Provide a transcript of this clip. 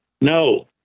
No